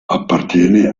appartiene